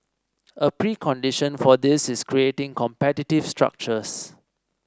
a precondition for this is creating competitive structures